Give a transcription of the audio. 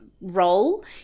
role